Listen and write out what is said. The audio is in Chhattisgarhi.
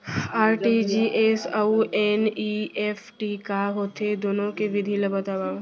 आर.टी.जी.एस अऊ एन.ई.एफ.टी का होथे, दुनो के विधि ला बतावव